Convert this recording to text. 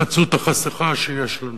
בחסות החשכה שיש לנו.